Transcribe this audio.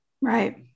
Right